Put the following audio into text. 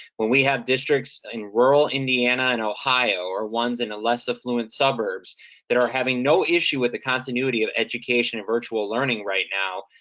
when we have districts in rural indiana and ohio, or ones in less affluent suburbs that are having no issue with the continuity of education in virtual learning right now,